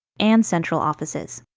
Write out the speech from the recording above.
and central offices.